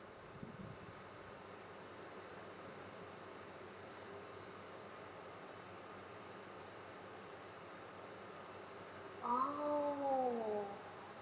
oh